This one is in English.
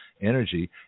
energy